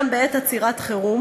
גם בעת עצירת חירום